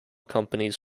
companies